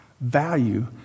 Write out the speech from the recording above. value